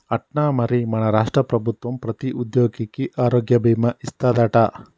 అట్నా మరి మన రాష్ట్ర ప్రభుత్వం ప్రతి ఉద్యోగికి ఆరోగ్య భీమా ఇస్తాదట